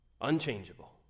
unchangeable